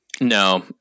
No